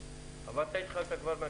ה-19.